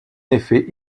effet